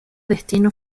destino